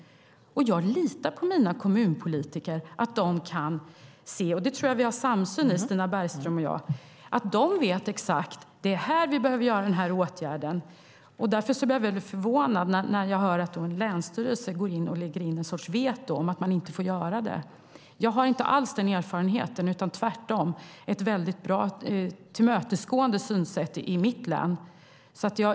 Jag litar på att mina kommunpolitiker vet exakt var man behöver vidta en viss åtgärd, och där tror jag att Stina Bergström och jag har en samsyn. Därför blir jag förvånad när jag hör att en länsstyrelse lägger in en sorts veto och säger att man inte får göra detta. Jag har inte alls den erfarenheten, utan vi har tvärtom ett mycket bra och tillmötesgående synsätt i mitt län.